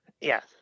Yes